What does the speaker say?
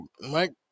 Mike